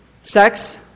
sex